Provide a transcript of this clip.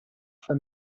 for